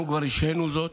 אנחנו כבר השהינו זאת,